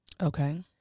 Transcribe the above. Okay